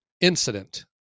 incident